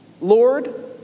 Lord